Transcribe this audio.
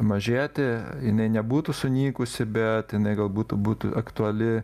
mažėti jinai nebūtų sunykusi bet jinai gal būtų būtų aktuali